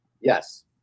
yes